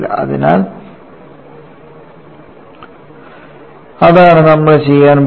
അതിനാൽ അതാണ് നമ്മൾ ചെയ്യാൻ പോകുന്നത്